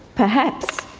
perhaps.